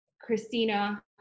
Christina